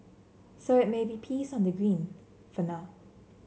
so it may be peace on the green for now